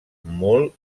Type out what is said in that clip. molt